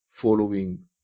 following